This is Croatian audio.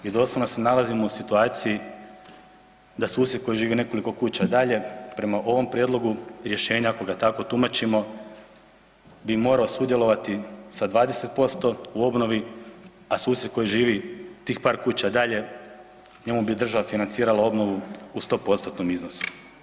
Mi doslovno se nalazimo u situaciji da susjed koji živi nekoliko kuća dalje, prema ovom prijedlogu rješenja ako ga tako tumačimo bi morao sudjelovati sa 20% u obnovi a susjed koji živi tih par kuća dalje, njemu bi država financirala obnovu u 100%-tnom iznosu.